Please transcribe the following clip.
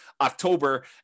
October